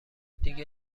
دیگه